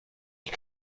ich